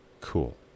Cool